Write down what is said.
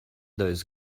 those